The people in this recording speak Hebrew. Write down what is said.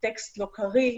הטקסט לא קריא,